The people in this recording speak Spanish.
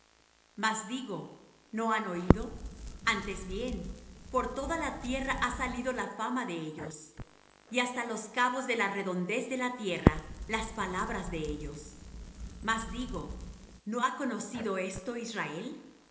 mas digo no han oído antes bien por toda la tierra ha salido la fama de ellos y hasta los cabos de la redondez de la tierra las palabras de ellos mas digo no ha conocido esto israel